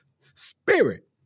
spirit